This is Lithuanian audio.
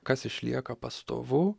kas išlieka pastovu